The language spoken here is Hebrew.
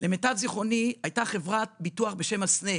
הייתה למיטב זיכרוני חברת ביטוח בשם "הסנה".